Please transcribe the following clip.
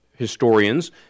historians